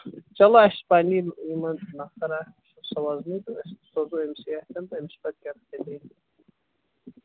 چلو اَسہِ چھِ پَنٕنی یِمن نَفر اَکھ سوزنٕے تہٕ أسۍ سوزو أمۍسٕے ہٮ۪تھ تہٕ أمِس چھُ پَتہٕ کیٛاہ کرِ